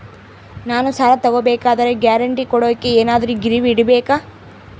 ನಾನು ಸಾಲ ತಗೋಬೇಕಾದರೆ ಗ್ಯಾರಂಟಿ ಕೊಡೋಕೆ ಏನಾದ್ರೂ ಗಿರಿವಿ ಇಡಬೇಕಾ?